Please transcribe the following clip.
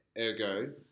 ergo